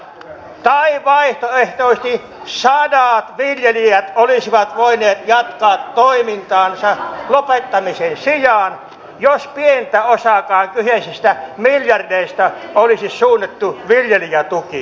tai vaihtoehtoisesti sadat viljelijät olisivat voineet jatkaa toimintaansa lopettamisen sijaan jos pieni osakin kyseisistä miljardeista olisi suunnattu viljelijätukiin